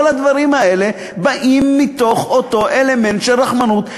כל הדברים האלה באים מתוך אותו אלמנט של רחמנות.